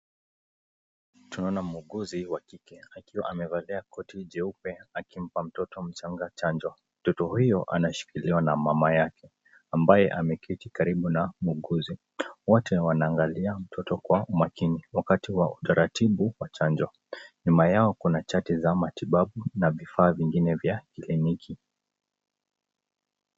Tunaona muuguzi wa kike akiwa amevalia koti jeupe akimpa mtoto mchanga chanjo, mtoto huyo anashikiliwa na mama yake ambaye ameketi karibu na muuguzi, wote wanaangalia mtoto kwa umakini wakati wa utaratibu wa chanjo, nyuma yao kuna chati za matibabu na vifaa vingine vya kliniki.